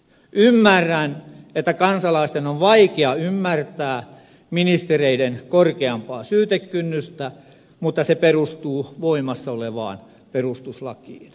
ymmärrän että kansalaisten on vaikea ymmärtää ministereiden korkeampaa syytekynnystä mutta se perustuu voimassa olevaan perustuslakiin